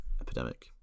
epidemic